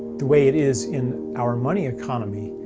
the way it is in our money economy,